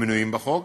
המנויים בחוק.